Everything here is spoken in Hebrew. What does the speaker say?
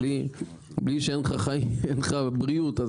בלי שאין לך בריאות,